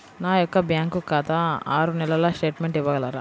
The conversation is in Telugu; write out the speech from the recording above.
నా యొక్క బ్యాంకు ఖాతా ఆరు నెలల స్టేట్మెంట్ ఇవ్వగలరా?